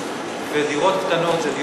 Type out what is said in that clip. ודירות קטנות זה,